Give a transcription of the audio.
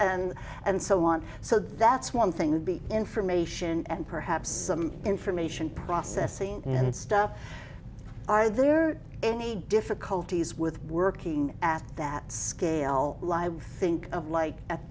and and so on so that's one thing information and perhaps information processing and stuff are there any difficulties with working at that scale think of like at